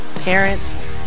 parents